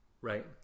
Right